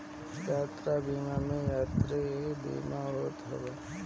यात्रा बीमा में यात्री के बीमा होत हवे